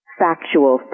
factual